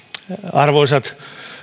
arvoisat